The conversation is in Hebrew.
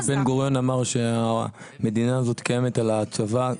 כמו שבן גוריון אמר שהמדינה הזאת קיימת על הצבא,